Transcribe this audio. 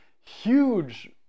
huge